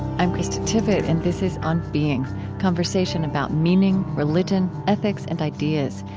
i'm krista tippett, and this is on being conversation about meaning, religion, ethics, and ideas.